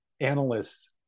analysts